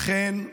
לכן,